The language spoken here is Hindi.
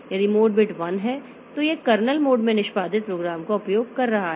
यदि मोड बिट 1 है तो यह कर्नेल मोड में निष्पादित प्रोग्राम का उपयोग कर रहा है